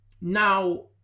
now